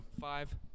five